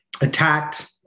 attacked